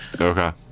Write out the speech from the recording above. okay